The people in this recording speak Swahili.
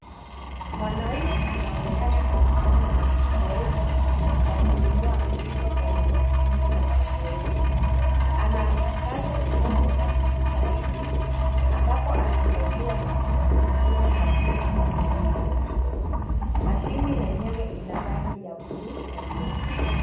Mwanaume anaonekana akifanya mazoezi ya kuinua uzito kwenye mashine ya mazoezi ana mkazo usoni akijitahidi ambapo anasaidiwa na mtu mwingine aliyesimama nyuma yake. Mashine yenyewe ina rangi ya bluu na nyeupe.